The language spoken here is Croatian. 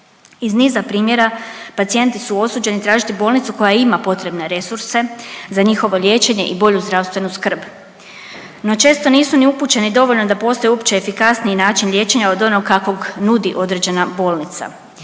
Iz niza primjera pacijenti su osuđeni tražiti bolnicu koja ima potrebne resurse za njihovo liječenje i bolju zdravstvenu skrb no često nisu ni upućeni dovoljno da postoji uopće efikasniji način liječenja od onog kakvog nudi određena bolnica